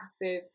massive